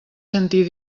sentir